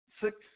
six